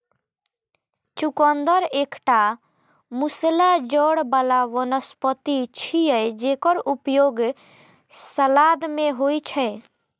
चुकंदर एकटा मूसला जड़ बला वनस्पति छियै, जेकर उपयोग सलाद मे होइ छै